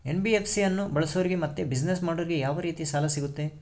NBFC ಅನ್ನು ಬಳಸೋರಿಗೆ ಮತ್ತೆ ಬಿಸಿನೆಸ್ ಮಾಡೋರಿಗೆ ಯಾವ ರೇತಿ ಸಾಲ ಸಿಗುತ್ತೆ?